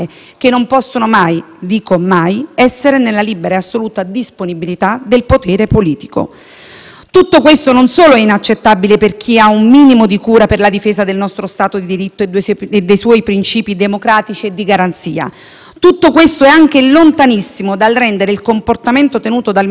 Tutto questo non solo è inaccettabile per chi ha un minimo di cura per la difesa del nostro Stato di diritto e dei suoi principi democratici e di garanzia; tutto questo è anche lontanissimo dal rendere il comportamento tenuto dal Ministro un atteggiamento accettabile alla luce del più volte richiamato interesse pubblico preminente.